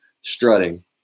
strutting